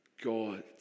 God